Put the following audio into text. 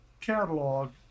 catalog